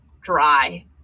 dry